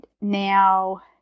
now –